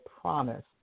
promise